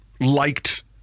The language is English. liked